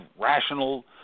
rational